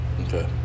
okay